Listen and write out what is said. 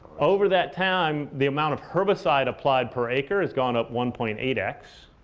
over that time, the amount of herbicide applied per acre has gone up one point eight x.